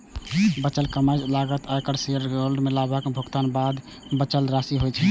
बचल कमाइ लागत, आयकर, शेयरहोल्डर कें लाभांशक भुगतान के बाद बचल राशि होइ छै